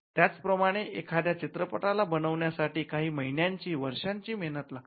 त्याचप्रमाणे एखाद्या चित्रपटाला बनवण्यासाठी काही महिन्यांची वर्षांची मेहनत लागते